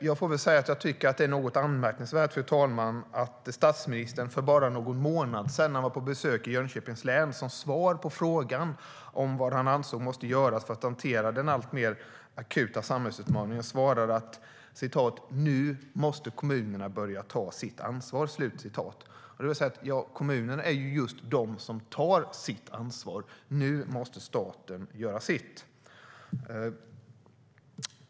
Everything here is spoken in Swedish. Jag får väl säga, fru talman, att det är något anmärkningsvärt att statsministern för bara någon månad sedan, när han var på besök i Jönköpings län, som svar på frågan om vad han ansåg måste göras för att hantera den alltmer akuta samhällsutmaningen svarade: Nu måste kommunerna börja ta sitt ansvar. Då vill jag säga: Kommunerna är just de som tar sitt ansvar - nu måste staten göra sitt.